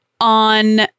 on